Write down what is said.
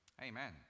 Amen